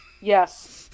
Yes